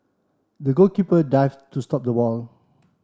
the goalkeeper dived to stop the ball